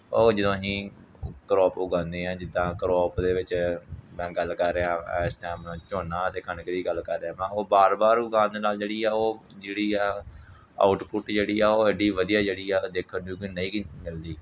ਉਹ ਜਦੋਂ ਅਸੀਂ ਕਰੋਪ ਉਗਾਉਂਦੇ ਹਾਂ ਜਿੱਦਾਂ ਕਰੋਪ ਦੇ ਵਿੱਚ ਮੈਂ ਗੱਲ ਕਰ ਰਿਹਾ ਇਸ ਟਾਈਮ ਝੋਨਾ ਅਤੇ ਕਣਕ ਦੀ ਗੱਲ ਕਰ ਰਿਹਾ ਮੈਂ ਉਹ ਵਾਰ ਵਾਰ ਉਗਾਉਣ ਦੇ ਨਾਲ ਜਿਹੜੀ ਆ ਉਹ ਜਿਹੜੀ ਆ ਆਊਟਪੁੱਟ ਜਿਹੜੀ ਆ ਉਹ ਐਡੀ ਵਧੀਆ ਜਿਹੜੀ ਆ ਦੇਖਣ ਜੋਗੀ ਨਹੀਂ ਗੀ ਮਿਲਦੀ